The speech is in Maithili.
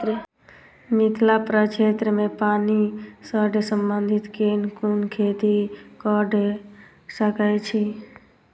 मिथिला प्रक्षेत्र मे पानि सऽ संबंधित केँ कुन खेती कऽ सकै छी?